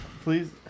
Please